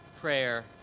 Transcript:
prayer